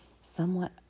somewhat